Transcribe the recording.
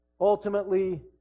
ultimately